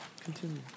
continue